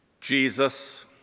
Jesus